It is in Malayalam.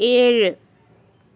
ഏഴ്